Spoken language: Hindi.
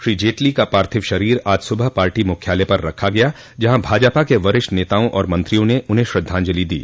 श्री जेटली का पार्थिव शरीर आज सुबह पार्टी मुख्यालय पर रखा गया जहां भाजपा के वरिष्ठ नेताओं और मंत्रियों ने उन्हें श्रद्वांजलि दी